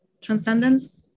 transcendence